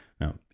Now